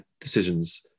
decisions